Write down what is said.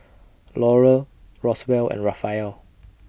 Laurel Roswell and Raphael